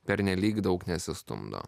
pernelyg daug nesistumdo